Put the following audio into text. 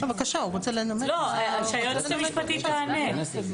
שהיועצת המשפטית תענה.